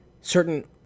certain